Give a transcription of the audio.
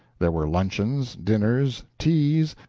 there were luncheons, dinners, teas,